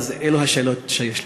אלה השאלות שיש לי.